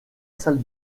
salle